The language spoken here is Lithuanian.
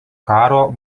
karo